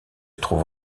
trouve